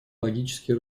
логический